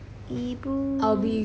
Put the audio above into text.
ibu